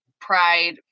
pride